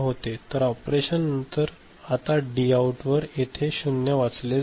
तर या ऑपरेशन नंतर आता डीआऊट येथे 0 वाचले जाईल